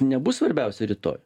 nebus svarbiausi rytoj